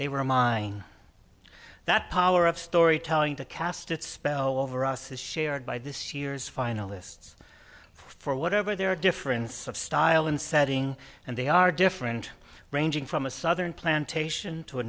they were mine that power of storytelling to cast its spell over us is shared by this year's finalists for whatever their difference of style and setting and they are different ranging from a southern plantation to